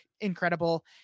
incredible